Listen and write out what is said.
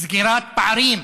סגירת פערים.